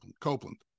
Copeland